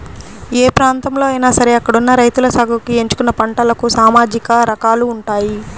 ఏ ప్రాంతంలో అయినా సరే అక్కడున్న రైతులు సాగుకి ఎంచుకున్న పంటలకు సామాజిక కారకాలు ఉంటాయి